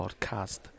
podcast